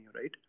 right